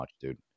dude